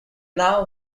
now